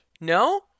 No